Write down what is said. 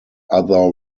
other